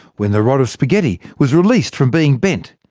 when the rod of spaghetti was released from being bent,